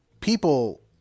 people